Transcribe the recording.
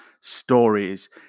stories